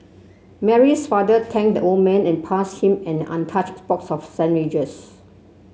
Mary's father thanked the old man and passed him an untouched box of sandwiches